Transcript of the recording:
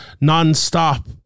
non-stop